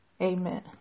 amen